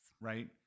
Right